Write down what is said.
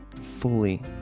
fully